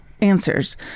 answers